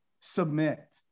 submit